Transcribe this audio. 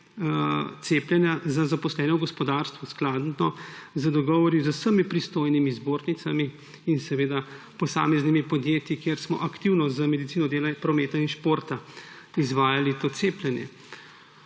cepljenja za zaposlene v gospodarstvu, skladno z dogovori z vsemi pristojnimi zbornicami in seveda posameznimi podjetji, kjer smo aktivno z medicino dela, prometa in športa izvajali to cepljenje.